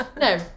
No